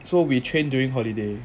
so we train during holiday